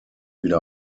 wieder